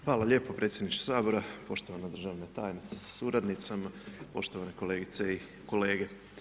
Hvala lijepo predsjedniče Sabora, poštovana državna tajnice sa suradnicama, poštovane kolegice i kolege.